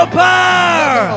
power